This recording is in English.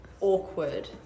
awkward